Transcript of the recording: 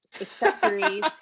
accessories